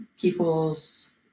people's